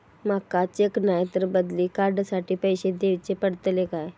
माका चेक नाय तर बदली कार्ड साठी पैसे दीवचे पडतले काय?